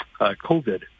COVID